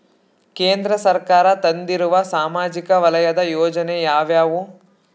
ಕೇಂದ್ರ ಸರ್ಕಾರ ತಂದಿರುವ ಸಾಮಾಜಿಕ ವಲಯದ ಯೋಜನೆ ಯಾವ್ಯಾವು?